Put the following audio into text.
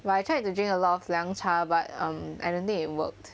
well I tried to drink a lot of 凉茶 but um I don't think it worked